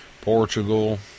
Portugal